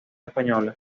española